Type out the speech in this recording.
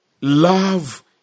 love